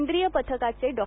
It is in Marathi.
केंद्रीय पथकाचे डॉ